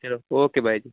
ਚਲੋ okay bye ਜੀ